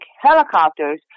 helicopters